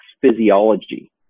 physiology